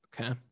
Okay